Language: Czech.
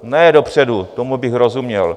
Ne dopředu, tomu bych rozuměl.